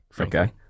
Okay